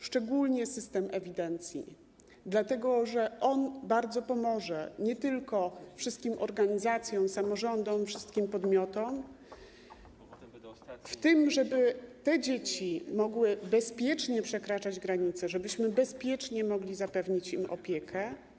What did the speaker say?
Szczególnie chodzi o system ewidencji, dlatego że on bardzo pomoże wszystkim organizacjom i samorządom, wszystkim podmiotom w tym, żeby te dzieci mogły bezpiecznie przekraczać granicę i żebyśmy bezpiecznie mogli zapewnić im opiekę.